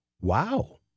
Wow